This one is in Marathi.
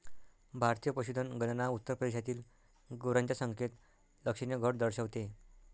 भारतीय पशुधन गणना उत्तर प्रदेशातील गुरांच्या संख्येत लक्षणीय घट दर्शवते